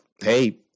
hey